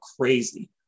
crazy